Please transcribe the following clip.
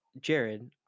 Jared